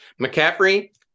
McCaffrey